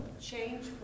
Change